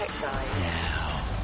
Now